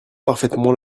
parfaitement